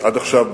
עד עכשיו,